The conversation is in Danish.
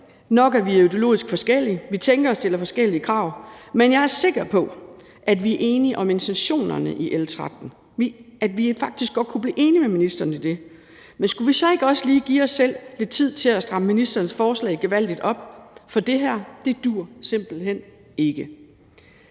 Nok er vi ideologisk forskellige, vi tænker forskelligt og stiller forskellige krav, men jeg er sikker på, at vi er enige om intentionerne i L 13, og at vi faktisk godt kunne blive enige med ministeren om det. Men skulle vi så ikke også lige give os selv lidt tid til at stramme ministerens forslag gevaldigt op? For det her duer simpelt hen ikke.